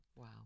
Wow